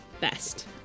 best